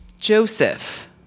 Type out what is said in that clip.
Joseph